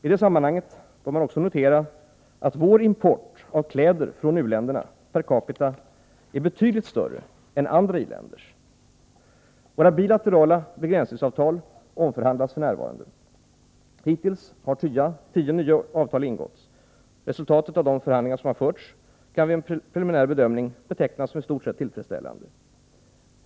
I detta sammanhang bör också noteras att vår import av kläder från u-länderna, per capita räknat, är betydligt större än andra i-länders. Våra bilaterala begränsningsavtal omförhandlas f. n. Hittills har tio nya avtal ingåtts. Resultatet av de förhandlingar som har förts kan vid en preliminär bedömning betecknas som i stort sett tillfredsställande.